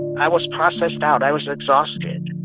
i was processed out. i was exhausted.